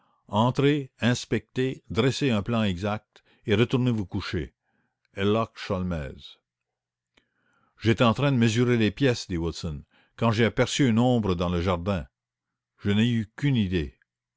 entrez inspectez dressez un plan exact et retournez vous coucher herlock sholmès j'étais en train de mesurer les pièces dit wilson quand j'ai aperçu une ombre dans le jardin je n'ai eu qu'une idée